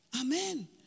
Amen